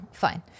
Fine